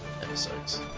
episodes